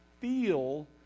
feel